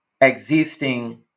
existing